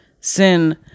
Sin